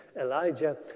Elijah